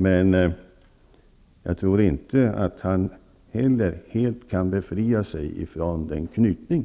Men jag tror inte att han helt kan befria sig från den knytning